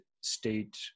state